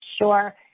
Sure